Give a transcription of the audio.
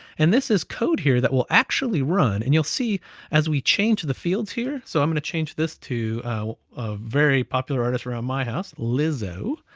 and this is code here that will actually run, and you'll see as we change the fields here. so i'm gonna change this to a very popular artist around my house, lizzo,